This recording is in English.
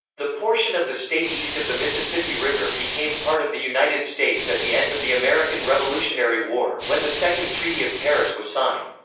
the portion of the state east of the mississippi river became part of the united states at the end of the american revolutionary war, when the second treaty of paris was signed.